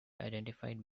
identified